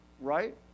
right